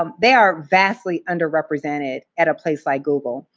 um they are vastly underrepresented at a place like google.